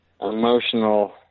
emotional